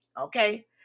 okay